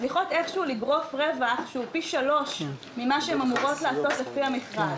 מצליחות לגרוף רווח שהוא פי שלוש ממה שהן אמורות לעשות לפי המכרז.